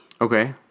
Okay